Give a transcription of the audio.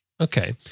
Okay